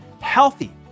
healthy